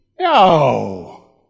No